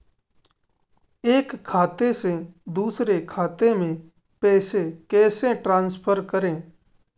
एक खाते से दूसरे खाते में पैसे कैसे ट्रांसफर करें?